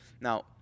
Now